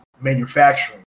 manufacturing